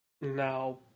now